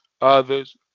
other's